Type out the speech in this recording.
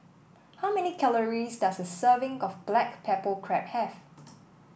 how many calories does a serving of Black Pepper Crab have